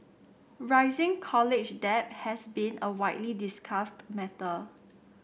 rising college debt has been a widely discussed matter